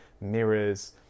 mirrors